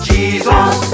Jesus